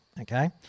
okay